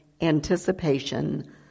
anticipation